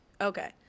Okay